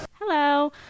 Hello